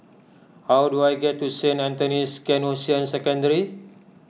how do I get to Saint Anthony's Canossian Secondary